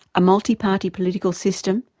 a multiparty political system,